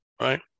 Right